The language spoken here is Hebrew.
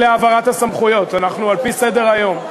אלה העברות הסמכות, אנחנו על-פי סדר-היום.